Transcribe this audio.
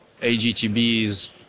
AGTB's